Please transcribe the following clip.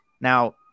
now